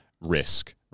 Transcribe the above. risk